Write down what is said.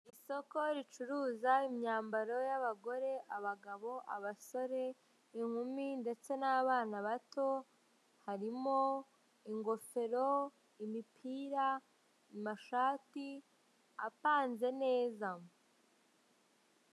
Isoko ricuruza imyambaro y'abagore, abagabo, abasore, inkumi ndetse n'abana bato harimo; ingofero, imipira, amashati apanze neza.